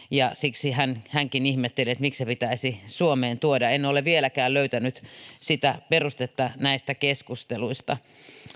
ja siksi hänkin ihmetteli miksi se pitäisi suomeen tuoda en ole vieläkään löytänyt sitä perustetta näistä keskusteluista